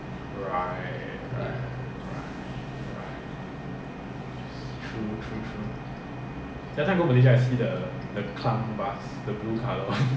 if you carry people at the back of your lorry or pick up your speed limit is fif~ err sixty if you don't is speed limit is seventy but buses I think is sixty